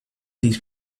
these